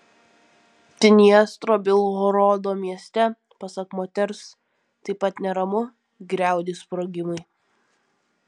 dniestro bilhorodo mieste pasak moters taip pat neramu griaudi sprogimai